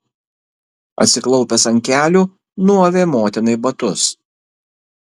atsiklaupęs ant kelių nuavė motinai batus